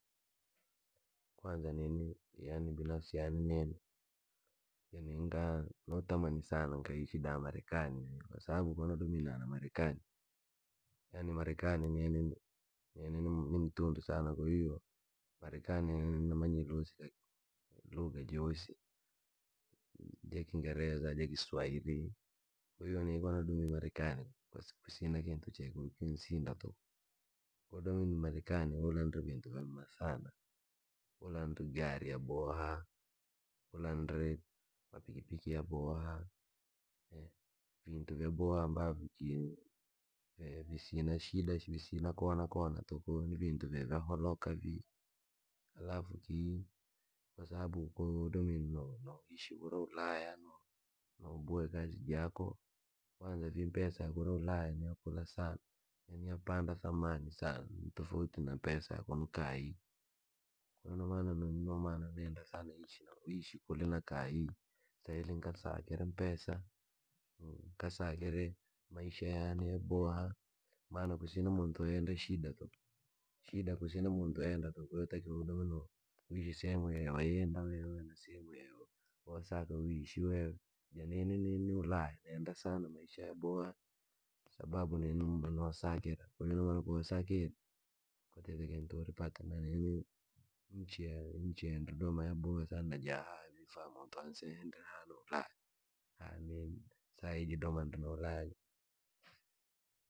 Kwanza nini yaani binafsi yaani nini, yaani ngaa no notamani sana nkaishi da marekani vii, kwasababu da ko nadomire na marekani, yaani marekani nini ni nini nimtundu sana kwahiyo, marekani nini namanyire luusika lugha joosi. ja kingereza, ja kiswairi, kwahiyo ni ko nadomire na marekani kusi kusina kintu che kirikunsinda tuku. Ko nadomire na marekani, ulandri vintu vyamma sana, ula ndri gari yaboha, ula ndri mapikipik yaboha, vintu vyaboha ambavyo kii, vye visina shida visina konakona tuku ni vintu vye vya holoka vii. Halafu kii, kwasababu koo wadomire noo- noo ishi kura ulaya no- no boya kazi jako, kwanza vii mpesa yakura ulaya yakula sana, yaani yapanda thamani sana tofauti na mpesa ya kunu kaayi. Ko nomana nu- nu nenda sana ishi na uishi kuli na kaayi, sa ili nkasakire mpesa, nkasakire maisha yane yaboha. maana kusin muntu enda shida tuku, shida kusina muntu enda tuku kwahiyo yootakiwa udome no- noishi sehemu yo wayenda wewe na sehemu yo wosaka uishi wewe, ja nini ni ulaya nenda sana maisha yaboha, sababu nini nonosakira, kwahiyo ina maana ko nasakire, kwatite kintu uripata na nini. Nchi ye nchi ya ndri doma yaboha sana, ja havii fa muntu ansee hende na raha, naenda zaidi no ulaya.